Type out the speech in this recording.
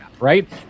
Right